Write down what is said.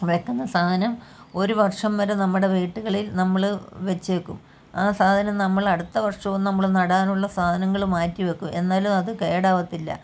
വെയ്ക്കുന്ന സാധനം ഒരു വർഷം വരെ നമ്മുടെ വീട്ടുകളിൽ നമ്മൾ വെച്ചേക്കും ആ സാധനം നമ്മളടുത്ത വർഷവും നമ്മൾ നടാനുള്ള സാധനങ്ങൾ മാറ്റി വെയ്ക്കും എന്നാലും അത് കേടാവത്തില്ല